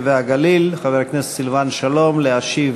והגליל חבר הכנסת סילבן שלום להשיב.